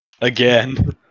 Again